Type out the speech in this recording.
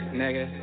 nigga